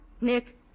Nick